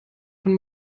von